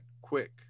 quick